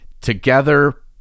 together